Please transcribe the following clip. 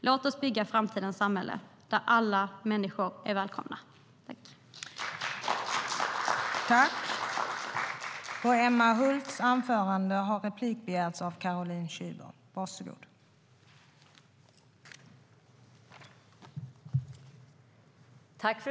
Låt oss bygga framtidens samhälle där alla människor är välkomna.